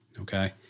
Okay